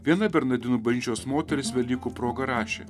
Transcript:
viena bernardinų bažnyčios moteris velykų proga rašė